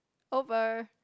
over